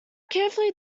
carefully